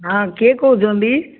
ହଁ କିଏ କହୁଛନ୍ତି